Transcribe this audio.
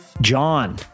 John